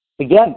Again